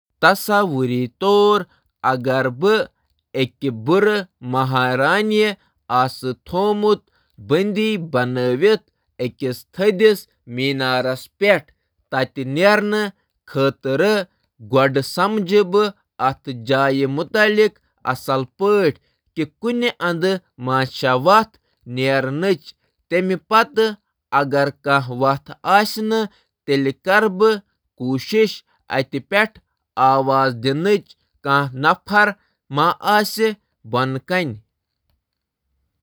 تصور کٔرِو، اگر مےٚ آسہٕ کُنہِ بد ملکہٕ سٕنٛدِ دٔسۍ واریٛاہ تھدِس ٹاورس منٛز قٲد کرنہٕ آمُت۔ گوڑنتھ، بہٕ کرٕ جایہٕ کس بارس منٛز سونٛچ۔ ژلنٕچ چھا کانٛہہ وَتھ، امہِ کھۄتہٕ زِیٛادٕ کَرٕ بہٕ کٲنٛسہِ تہِ نفرَس مدتہٕ خٲطرٕ آہلو کرنٕچ کوٗشش۔